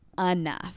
enough